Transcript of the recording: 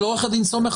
עורך הדין סומך,